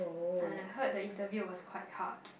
and I heard the interview was quite hard